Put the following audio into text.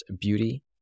beauty